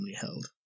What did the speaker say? held